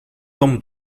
tom